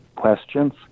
Questions